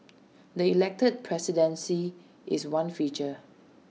the elected presidency is one feature